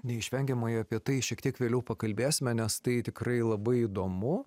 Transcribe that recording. neišvengiamai apie tai šiek tiek vėliau pakalbėsime nes tai tikrai labai įdomu